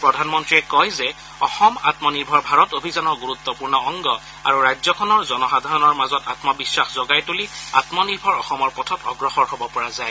প্ৰধানমন্ৰীয়ে কয় যে অসম আম্মনিৰ্ভৰ ভাৰত অভিযানৰ গুৰুত্বপূৰ্ণ অংগ আৰু ৰাজ্যখনৰ জনসাধাৰণৰ মাজত আমবিশ্বাস জগাই তুলি আম্মনিৰ্ভৰ অসমৰ পথত অগ্ৰসৰ হ'ব পৰা যায়